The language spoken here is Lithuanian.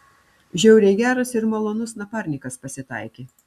žiauriai geras ir malonus naparnikas pasitaikė